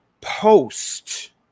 post